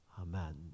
Amen